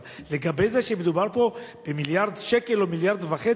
אבל לגבי זה שמדובר פה במיליארד שקל או 1.5 מיליארד,